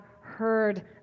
heard